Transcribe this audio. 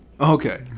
Okay